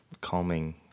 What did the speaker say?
calming